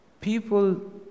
People